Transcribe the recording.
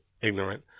ignorant